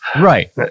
Right